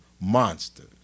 monsters